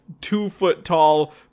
two-foot-tall